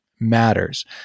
Matters